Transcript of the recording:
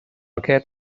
aquest